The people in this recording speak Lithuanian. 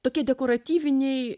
tokie dekoratyviniai